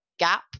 gap